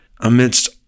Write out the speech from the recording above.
amidst